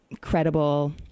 credible